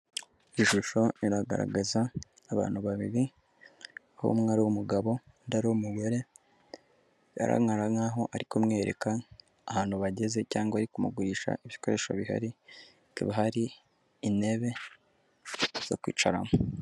Ishusho iragaragaza abantu babiri aho umwe ari umugabo, undi ari umugore bigaragara nkaho ari kumwereka ahantu bageze cyangwa ari kumugurisha ibikoresho bihari hakaba hari intebe zo kwicaramo.